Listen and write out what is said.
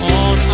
on